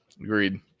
Agreed